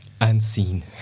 Unseen